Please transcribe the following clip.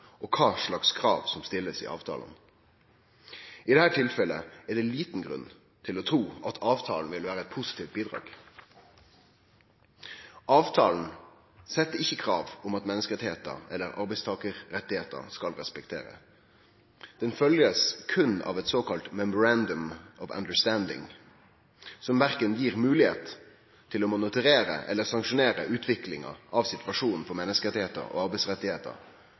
og kva slags krav som blir stilte i avtalane. I dette tilfellet er det liten grunn til å tru at avtalen vil vere eit positivt bidrag. Avtalen set ikkje krav om at menneskerettar eller arbeidstakarrettar skal respekterast. Han blir berre følgd av eit såkalla Memorandum of Understanding, som verken gjev moglegheit til å monitorere eller til å sanksjonere utviklinga når det gjeld situasjonen for menneskerettar og